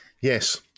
Yes